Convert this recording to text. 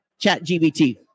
ChatGPT